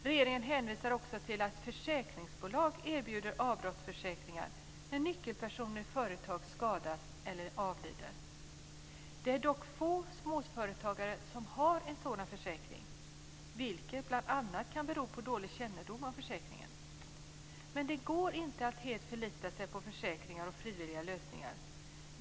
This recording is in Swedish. Regeringen hänvisar också till att försäkringsbolag erbjuder avbrottsförsäkringar när nyckelpersoner i företag skadas eller avlider. Det är dock få småföretagare som har en sådan försäkring, vilket bl.a. kan bero på dålig kännedom om försäkringen. Det går dock inte att helt förlita sig på försäkringar och frivilliga lösningar.